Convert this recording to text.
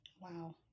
Wow